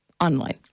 online